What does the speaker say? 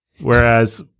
Whereas